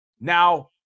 now